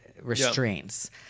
Restraints